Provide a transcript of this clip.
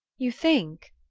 you think?